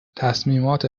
تصمیمات